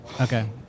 okay